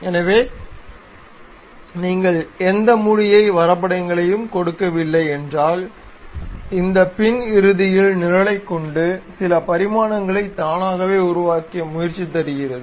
எனவே நீங்கள் எந்த மூடிய வரைபடங்களையும் கொடுக்கவில்லை என்றால் இந்த பின் இறுதியில் நிரலைக் கொண்டு சில பரிமாணங்களை தானாகவே உருவாக்க முயற்சித்து தருகிறது